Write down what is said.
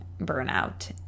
burnout